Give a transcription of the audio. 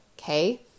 okay